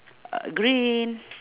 green